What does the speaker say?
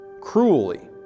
cruelly